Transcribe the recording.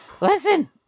Listen